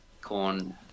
corn